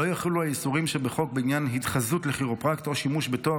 לא יחולו האיסורים שבחוק בעניין התחזות לכירופרקט או שימוש בתואר